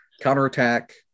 counterattack